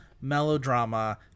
melodrama